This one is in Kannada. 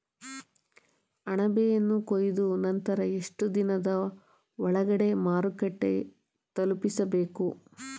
ಅಣಬೆಯನ್ನು ಕೊಯ್ದ ನಂತರ ಎಷ್ಟುದಿನದ ಒಳಗಡೆ ಮಾರುಕಟ್ಟೆ ತಲುಪಿಸಬೇಕು?